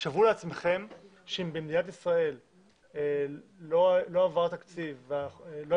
שוו לעצמכם שאם במדינתי ישראל לא עבר תקציב היו